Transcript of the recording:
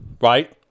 Right